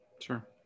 Sure